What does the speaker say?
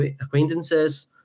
acquaintances